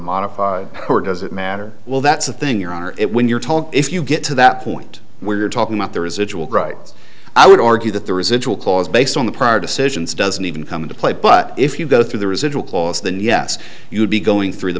modified or does it matter well that's the thing you're on it when you're told if you get to that point where you're talking about the residual i would argue that the residual clause based on the prior decisions doesn't even come into play but if you go through the residual clause then yes you would be going through the